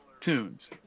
tunes